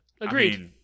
Agreed